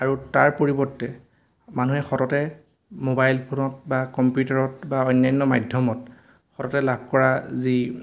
আৰু তাৰ পৰিৱৰ্তে মানুহে সততে মোবাইল ফোনত বা কম্পিউটাৰত বা অন্যান্য মাধ্যমত সততে লাভ কৰা যি